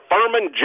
Furman